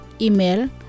Email